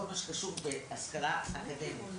כל מה שקשור בהשכלה אקדמית,